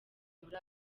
muri